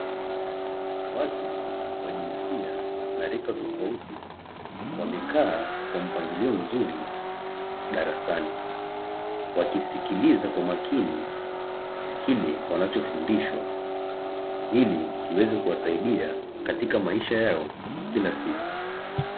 Watu wa jinsia na rika tofauti wamekaa kwa mpangilio mzuri darasani, wakisikiliza kwa makini kile wanachofundishwa ili kiweze kuwasaidia katika maisha yao ya kila siku.